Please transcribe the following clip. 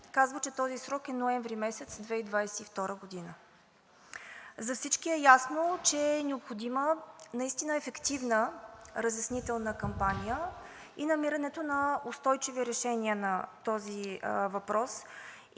казва, че този срок е ноември месец 2022 г. За всички е ясно, че е необходима ефективна разяснителна кампания и намирането на устойчиви решения на този въпрос.